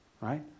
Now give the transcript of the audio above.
right